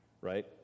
Right